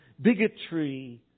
bigotry